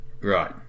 Right